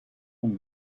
komt